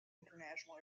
international